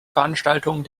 veranstaltungen